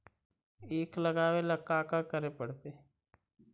ईख लगावे ला का का करे पड़तैई?